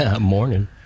Morning